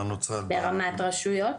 מה נוצל --- ברמת רשויות?